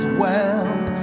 world